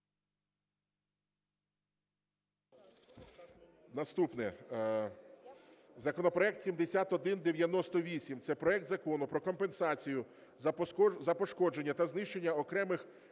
Наступне. Законопроект 7198. Це проект Закону про компенсацію за пошкодження та знищення окремих